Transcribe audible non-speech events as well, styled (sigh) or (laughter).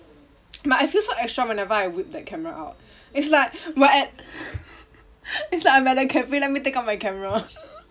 (noise) but I feel so extra whenever I whip that camera out it's like my (laughs) it's like I'm at the cafe let me take out my camera (laughs)